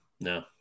No